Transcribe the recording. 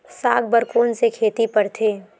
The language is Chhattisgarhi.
साग बर कोन से खेती परथे?